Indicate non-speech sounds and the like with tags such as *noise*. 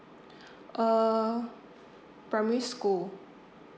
*breath* uh primary school